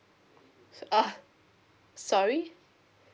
so ah sorry